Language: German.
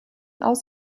aus